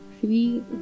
Three